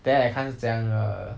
then I 看是怎样的